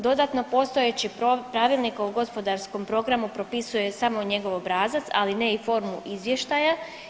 Dodatno, postojeći pravilnik o gospodarskom programu propisuje samo njegov obrazac, ali ne i formu izvještaja.